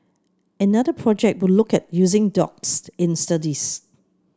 another project will look at using dogs in studies